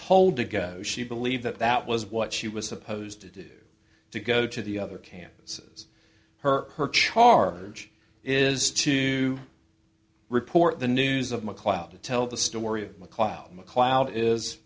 told to go she believed that that was what she was supposed to do to go to the other campuses her her charge is to report the news of mcleod to tell the story of mccloud mccloud is